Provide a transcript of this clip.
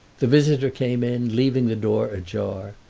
the visitor came in, leaving the door ajar,